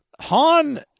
Han